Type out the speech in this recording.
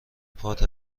پات